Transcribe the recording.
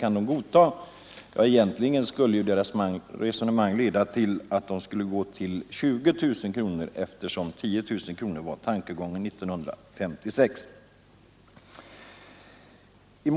Men egentligen skulle reservanternas resonemang leda fram till att gränsen sätts vid 20 000 kronor, eftersom tanken 1956 egentligen var att gränsen skulle sättas till 10 000 kronor.